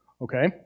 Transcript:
Okay